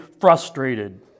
frustrated